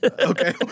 Okay